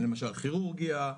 למשל כירורגיה,